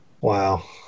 Wow